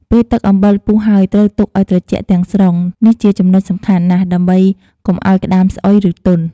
ពេលទឹកអំបិលពុះហើយ ត្រូវទុកឲ្យត្រជាក់ទាំងស្រុង នេះជាចំណុចសំខាន់ណាស់ ដើម្បីកុំឲ្យក្តាមស្អុយ ឬទន់។